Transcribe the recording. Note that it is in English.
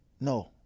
no